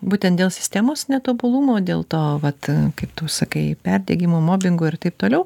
būtent dėl sistemos netobulumo dėl to vat kaip tu sakai perdegimo mobingo ir taip toliau